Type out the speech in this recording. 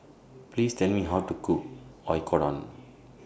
Please Tell Me How to Cook Oyakodon